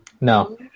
No